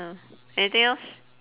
uh anything else